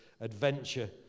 adventure